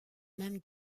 même